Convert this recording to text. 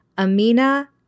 Amina